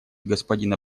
господина